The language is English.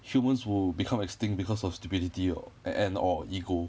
humans will become extinct because of stupidity or and or ego